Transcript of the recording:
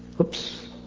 Oops